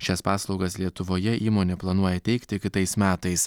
šias paslaugas lietuvoje įmonė planuoja teikti kitais metais